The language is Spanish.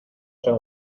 san